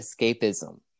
escapism